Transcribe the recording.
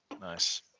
Nice